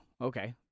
Okay